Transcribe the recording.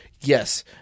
Yes